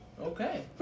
Okay